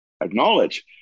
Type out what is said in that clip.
acknowledge